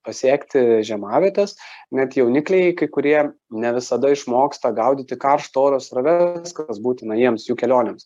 pasiekti žiemavietes net jaunikliai kai kurie ne visada išmoksta gaudyti karšto oro srove kas būtina jiems jų kelionėms